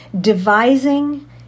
devising